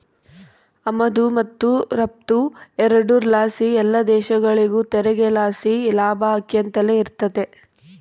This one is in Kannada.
ಆಮದು ಮತ್ತು ರಫ್ತು ಎರಡುರ್ ಲಾಸಿ ಎಲ್ಲ ದೇಶಗುಳಿಗೂ ತೆರಿಗೆ ಲಾಸಿ ಲಾಭ ಆಕ್ಯಂತಲೆ ಇರ್ತತೆ